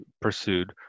pursued